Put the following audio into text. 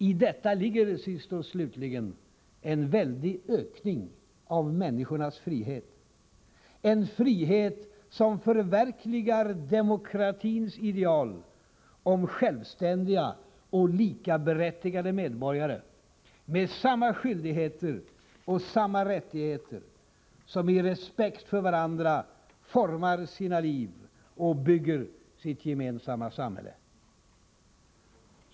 I detta ligger sist och slutligen en väldig ökning av människornas frihet — en frihet som förverkligar demokratins ideal om självständiga och likaberättigade medborgare, med samma skyldigheter och samma rättigheter, som i respekt för varandra formar sina liv och bygger sitt gemensamma samhälle.